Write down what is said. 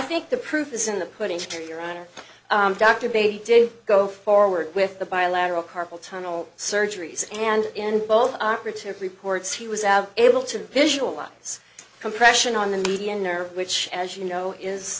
think the proof is in the putting to your honor dr bailey did go forward with the bilateral carpal tunnel surgeries and in both operative reports he was out able to visualize compression on the median nerve which as you know is